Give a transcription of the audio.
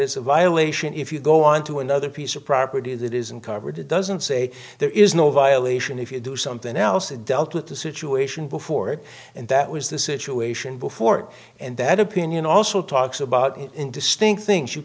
is a violation if you go on to another piece of property that isn't covered it doesn't say there is no violation if you do something else it dealt with the situation before it and that was the situation before and that opinion also talks about interesting things you